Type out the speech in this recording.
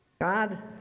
God